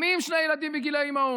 גם היא עם שני ילדים בגיל מעון.